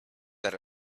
that